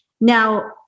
now